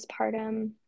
postpartum